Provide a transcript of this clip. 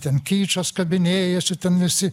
ten kičas kabinėjasi ten visi